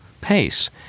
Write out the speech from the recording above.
pace